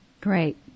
Great